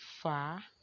far